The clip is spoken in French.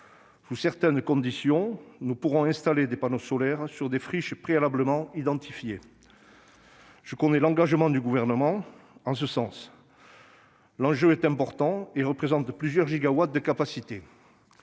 Sous certaines conditions, nous pourrons installer des panneaux solaires sur des friches préalablement identifiées. Je connais l'engagement du Gouvernement en ce sens. L'enjeu est important et représente plusieurs gigawatts de capacités.